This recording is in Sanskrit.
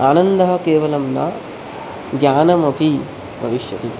आनन्दः केवलं न ज्ञानमपि भविष्यति